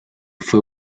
fue